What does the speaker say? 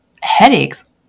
headaches